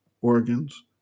organs